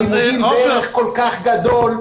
אתם מסבים נזק כל כך גדול.